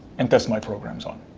and test my programs on